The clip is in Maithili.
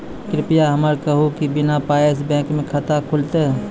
कृपया हमरा कहू कि बिना पायक बैंक मे खाता खुलतै?